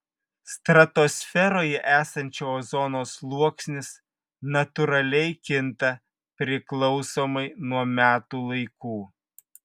stratosferoje esančio ozono sluoksnis natūraliai kinta priklausomai nuo metų laikų